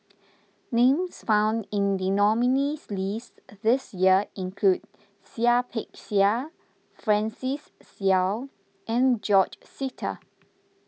names found in the nominees' list this year include Seah Peck Seah Francis Seow and George Sita